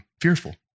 fearful